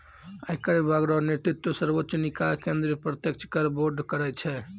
आयकर विभाग रो नेतृत्व सर्वोच्च निकाय केंद्रीय प्रत्यक्ष कर बोर्ड करै छै